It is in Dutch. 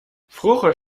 vroeger